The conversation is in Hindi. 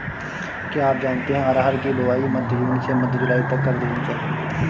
क्या आप जानते है अरहर की बोआई मध्य जून से मध्य जुलाई तक कर देनी चाहिये?